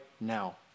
now